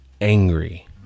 angry